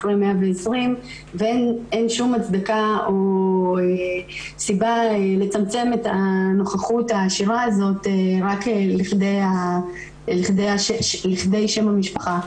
אחרי 120. אין שום הצדקה או סיבה לצמצם את הנוכחות רק לכדי שם המשפחה.